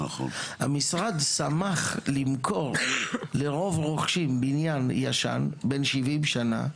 המשרד שמח למכור לרוב רוכשים בניין ישן בן 70 שנה,